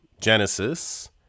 Genesis